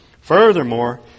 Furthermore